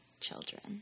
children